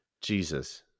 Jesus